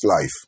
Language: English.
life